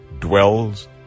dwells